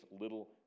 little